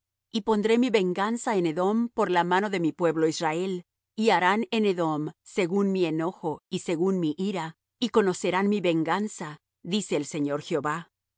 y pondré mi venganza en edom por la mano de mi pueblo israel y harán en edom según mi enojo y según mi ira y conocerán mi venganza dice el señor jehová